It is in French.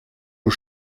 aux